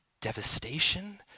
devastation